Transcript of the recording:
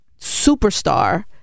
superstar